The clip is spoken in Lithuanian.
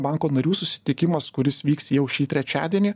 banko narių susitikimas kuris vyks jau šį trečiadienį